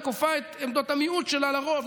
וכופה את עמדות המיעוט שלה על הרוב.